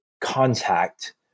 contact